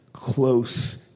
Close